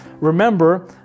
Remember